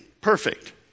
perfect